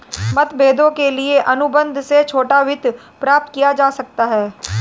मतभेदों के लिए अनुबंध से छोटा वित्त प्राप्त किया जा सकता है